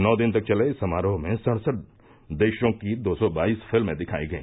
नौ दिन तक चले इस समारोह में सड़सठ देशों की दो सौ बाईस फिल्में दिखाई गई